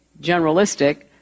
generalistic